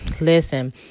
Listen